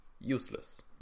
useless